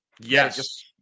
Yes